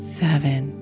seven